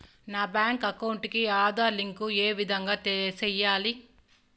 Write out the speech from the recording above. Bank account కి Aadhaar link ఏ విధంగా సెయ్యాలి?